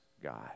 God